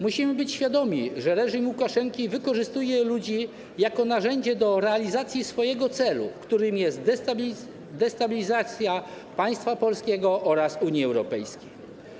Musimy być świadomi, że reżim Łukaszenki wykorzystuje ludzi jako narzędzie do realizacji swojego celu, którym jest destabilizacja państwa polskiego oraz Unii Europejskiej.